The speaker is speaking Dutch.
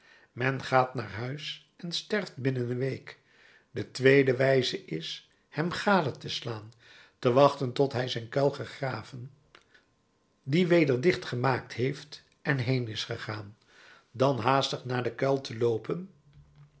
men gaat naar huis en sterft binnen een week de tweede wijze is hem gade te slaan te wachten tot hij zijn kuil gegraven dien weder dicht gemaakt heeft en heen is gegaan dan haastig naar den kuil te loopen